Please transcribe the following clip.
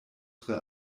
tre